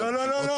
לא, לא.